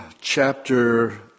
chapter